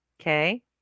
Okay